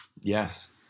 Yes